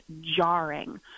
jarring